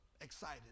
excited